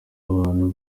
abantu